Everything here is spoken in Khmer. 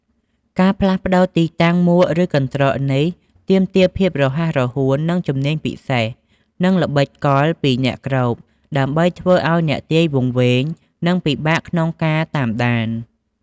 ការផ្លាស់ប្ដូរទីតាំងមួកឬកន្ត្រកនេះទាមទារភាពរហ័សរហួន ជំនាញពិសេស និងល្បិចកលពីអ្នកគ្របដើម្បីធ្វើឱ្យអ្នកទាយវង្វេង និងពិបាកក្នុងការតាមដាន។